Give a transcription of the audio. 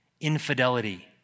Infidelity